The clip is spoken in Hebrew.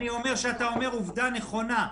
אני אומר שאתה אומר עובדה נכונה.